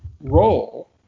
role